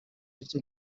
aricyo